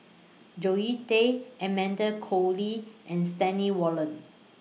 Zoe Tay Amanda Koe Lee and Stanley Warren